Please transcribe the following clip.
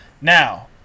Now